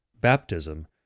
baptism